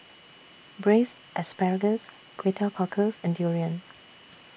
Braised Asparagus Kway Teow Cockles and Durian